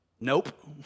Nope